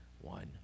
one